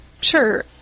sure